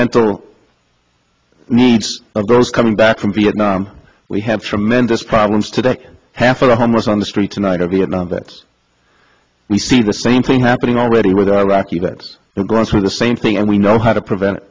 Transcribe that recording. mental needs of those coming back from vietnam we have tremendous problems today half of the homeless on the street tonight are vietnam vets you see the same thing happening already with iraqi vets the grunts with the same thing and we know how to prevent it